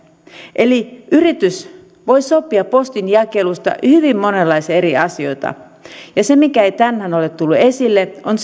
eli yritys voi sopia postinjakelusta hyvin monenlaisia eri asioita se mikä ei tänään ole tullut esille on